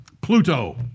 Pluto